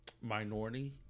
minority